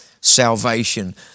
salvation